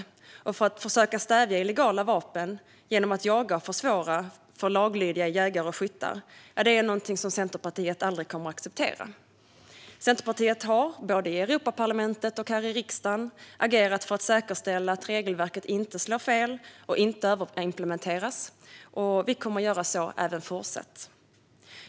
Att man försöker stävja förekomsten av illegala vapen genom att jaga och försvåra för laglydiga jägare och skyttar är något som Centerpartiet aldrig kommer att acceptera. Centerpartiet har både i Europaparlamentet och här i riksdagen agerat för att säkerställa att regelverket inte slår fel och inte överimplementeras, och vi kommer att göra så även fortsatt.